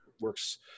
works